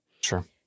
Sure